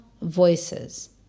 voices